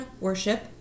worship